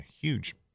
huge